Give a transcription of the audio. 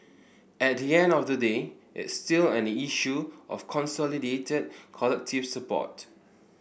at the end of the day it's still an issue of consolidated collective support